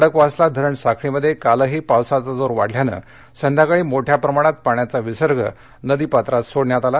खडकवासला धरण साखळीमध्ये कालही पावसाचा जोर वाढल्यामुळे संध्याकाळी मोठ्या प्रमाणात पाण्याचा विसर्ग नदीपात्रामध्ये सोडण्यात आला